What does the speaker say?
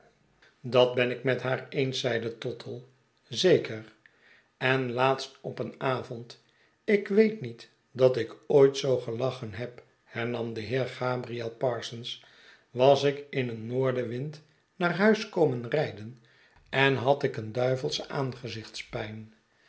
dat ben ik met haar eens zei tottle zeker en laatst op een avond ik weet niet dat ik ooit zoo gelachen heb hernam de heer gabriel parsons was ik in een noordenwind naar huis komen rijden en had ik een duivelsche